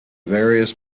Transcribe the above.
various